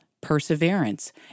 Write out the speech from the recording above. perseverance